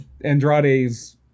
Andrade's